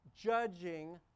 judging